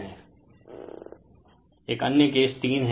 Refer Slide Time 2757 एक अन्य case 3 हैं